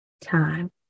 time